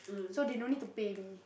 so they don't need to pay me